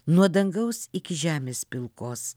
nuo dangaus iki žemės pilkos